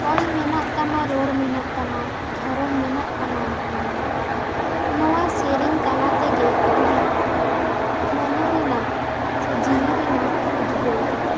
ᱚᱞ ᱢᱮᱱᱟᱜ ᱛᱟᱢᱟ ᱨᱚᱲ ᱢᱮᱱᱟᱜ ᱛᱟᱢᱟ ᱫᱷᱚᱨᱚᱢ ᱢᱮᱱᱟᱜ ᱛᱟᱢᱟ ᱟᱢ ᱦᱚᱸ ᱢᱮᱱᱟᱢ ᱱᱚᱣᱟ ᱥᱮᱨᱮᱧ ᱛᱟᱞᱟ ᱛᱮᱜᱮ ᱤᱧᱟᱹᱜ ᱢᱚᱱᱮ ᱨᱮᱱᱟᱜ ᱥᱮ ᱡᱤᱣᱤ ᱨᱮᱱᱟᱜ ᱩᱫᱽᱜᱟᱹᱣ ᱫᱚ